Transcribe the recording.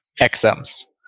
exams